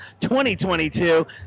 2022